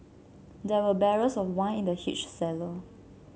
there were barrels of wine in the huge cellar